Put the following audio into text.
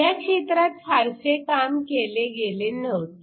ह्या क्षेत्रात फारसे काम केले गेले नव्हते